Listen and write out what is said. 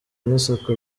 n’isuku